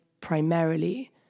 primarily